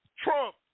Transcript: Trump